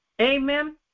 Amen